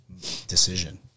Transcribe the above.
decision